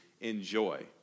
enjoy